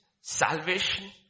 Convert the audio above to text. salvation